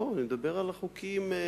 אני מדבר על החוקים,